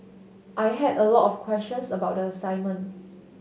I had a lot of questions about the assignment